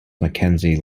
mackenzie